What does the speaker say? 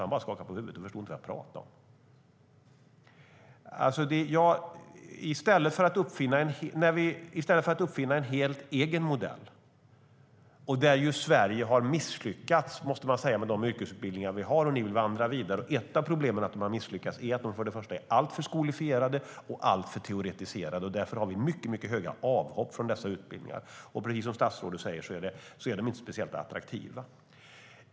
Han bara skakade på huvudet och förstod inte vad jag pratade om. Sverige har misslyckats med de yrkesutbildningar vi har, måste man säga, och ni vill vandra vidare. En av orsakerna till misslyckandet är att de är alltför skolifierade och alltför teoretiserade. Därför har vi mycket höga avhopp från dessa utbildningar. Precis som statsrådet säger är de inte speciellt attraktiva.